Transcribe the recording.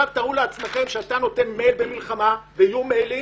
תארו לעצמכם שאתה שולח מייל במלחמה, ויהיו מיילים,